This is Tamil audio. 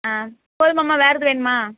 ஆ போதுமாம்மா வேறெதும் வேணுமா